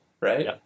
right